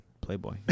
Playboy